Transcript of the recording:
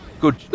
Good